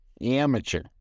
Amateur